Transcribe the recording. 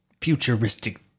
futuristic